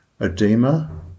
edema